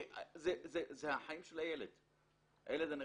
כי זה החיים של הילד הנכה.